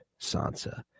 Sansa